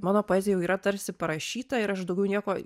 mano poezija jau yra tarsi parašyta ir aš daugiau nieko